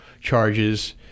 charges